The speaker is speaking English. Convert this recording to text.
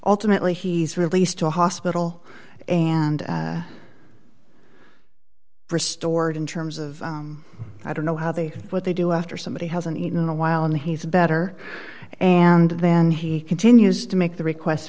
alternately he's released to hospital and restored in terms of i don't know how they what they do after somebody hasn't eaten in a while and he's better and then he continues to make the request